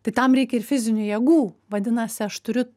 tai tam reikia ir fizinių jėgų vadinasi aš turiu